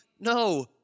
no